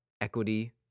equity